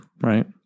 right